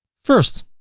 first,